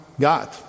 God